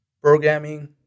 programming